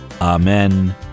amen